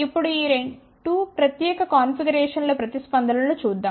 ఇప్పుడు ఈ 2 ప్రత్యేక కాన్ఫిగరేషన్ల ప్రతిస్పందన లను చూద్దాం